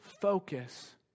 focus